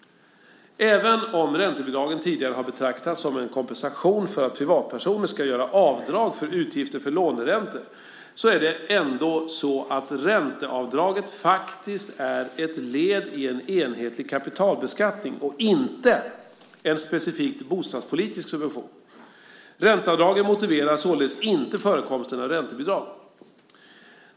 Även om räntebidragen tidigare har betraktats som en kompensation för att privatpersoner kan göra avdrag för utgifter för låneräntor är det ändå så att ränteavdraget faktiskt är ett led i en enhetlig kapitalbeskattning och inte en specifikt bostadspolitisk subvention. Ränteavdragen motiverar således inte förekomsten av räntebidrag.